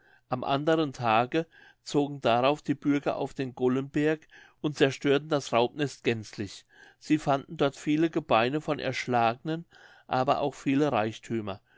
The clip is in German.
am anderen tage zogen darauf die bürger auf den gollenberg und zerstörten das raubnest gänzlich sie fanden dort viele gebeine von erschlagenen aber auch viele reichthümer